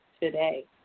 today